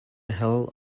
hell